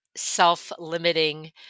self-limiting